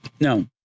No